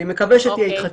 אני מקווה שזה יתחדש.